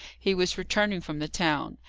he was returning from the town.